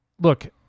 look